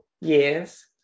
Yes